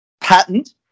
Patent